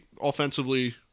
offensively